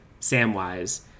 Samwise